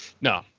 No